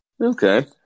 Okay